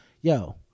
Yo